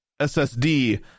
SSD